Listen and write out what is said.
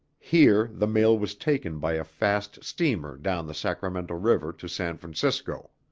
here the mail was taken by a fast steamer down the sacramento river to san francisco.